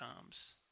comes